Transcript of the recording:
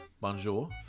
bonjour